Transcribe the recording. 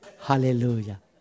Hallelujah